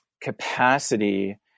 capacity